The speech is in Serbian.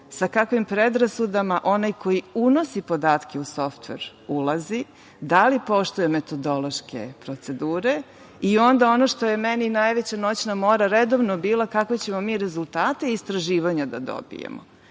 sa kakvim predrasudama onaj ko unosi podatke u softver ulazi, da li poštuje metodološke procedure. Ono što je meni najveća noćna mora redovno bila – kakve ćemo mi rezultate istraživanja da dobijemo,